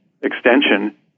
extension